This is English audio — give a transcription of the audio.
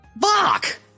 Fuck